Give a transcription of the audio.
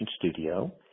studio